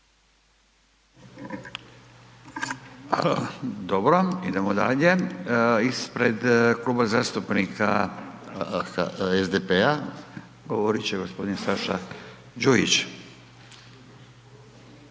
Dobro. Idemo dalje. Ispred Kluba zastupnika SDP-a govorit će gospodin Saša Đujić.